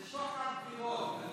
זה שוחד בחירות.